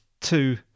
two